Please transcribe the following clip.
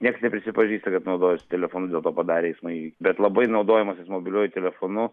nieks neprisipažįsta kad naudojosi telefonu dėl to padarė eismo įvykį bet labai naudojimasis mobiliuoju telefonu